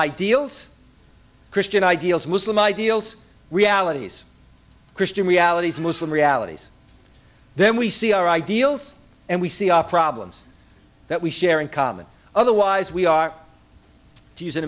ideals christian ideals muslim ideals realities christian realities muslim realities then we see our ideals and we see our problems that we share in common otherwise we are